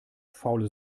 faule